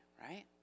right